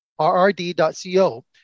rrd.co